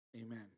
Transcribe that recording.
amen